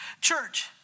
Church